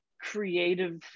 creative